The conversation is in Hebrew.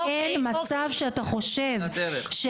אין מצב שאתה חושב,